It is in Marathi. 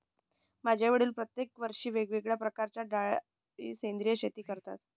माझे वडील प्रत्येक वर्षी वेगळ्या प्रकारच्या डाळी सेंद्रिय शेती करतात